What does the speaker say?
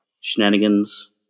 shenanigans